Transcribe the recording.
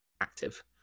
active